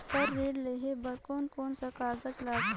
Car ऋण लेहे बार कोन कोन सा कागज़ लगथे?